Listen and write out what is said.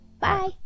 Bye